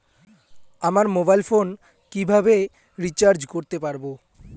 আমার mobile phone কিভাবে recharge করতে পারব?